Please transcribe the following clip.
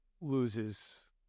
loses